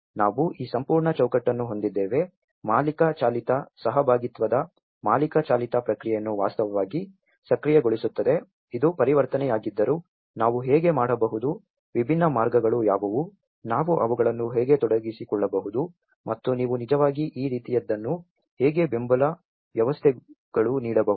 ನಾವು ಈ ಸಂಪೂರ್ಣ ಚೌಕಟ್ಟನ್ನು ಹೊಂದಿದ್ದೇವೆ ಮಾಲೀಕ ಚಾಲಿತ ಸಹಭಾಗಿತ್ವದ ಮಾಲೀಕ ಚಾಲಿತ ಪ್ರಕ್ರಿಯೆಯನ್ನು ವಾಸ್ತವವಾಗಿ ಸಕ್ರಿಯಗೊಳಿಸುತ್ತದೆ ಇದು ಪರಿವರ್ತನೆಯಾಗಿದ್ದರೂ ನಾವು ಹೇಗೆ ಮಾಡಬಹುದು ವಿಭಿನ್ನ ಮಾರ್ಗಗಳು ಯಾವುವು ನಾವು ಅವುಗಳನ್ನು ಹೇಗೆ ತೊಡಗಿಸಿಕೊಳ್ಳಬಹುದು ಮತ್ತು ನೀವು ನಿಜವಾಗಿ ಈ ರೀತಿಯದನ್ನು ಹೇಗೆ ಬೆಂಬಲ ವ್ಯವಸ್ಥೆಗಳುನೀಡಬಹುದು